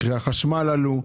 מחירי החשמל עלו,